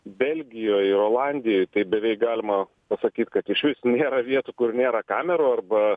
belgijoj olandijoj tai beveik galima pasakyt kad išvis nėra vietų kur nėra kamerų arba